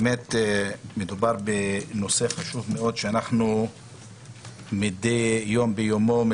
מדובר בנושא חשוב ואכן מדי יום ביומו אנחנו